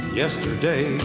yesterday